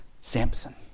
Samson